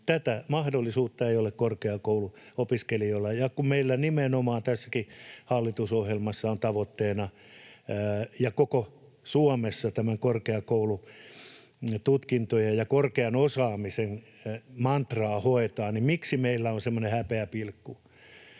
tätä mahdollisuutta ei ole korkeakouluopiskelijoilla. Kun meillä nimenomaan tässäkin hallitusohjelmassa on tavoitteena, ja koko Suomessa korkeakoulututkintojen ja korkean osaamisen mantraa hoetaan, niin miksi meillä on semmoinen häpeäpilkku,